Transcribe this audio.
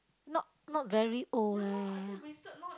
not not very old leh